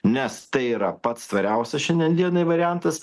nes tai yra pats tvariausias šiandien dienai variantas